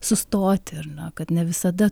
sustoti ar na kad ne visada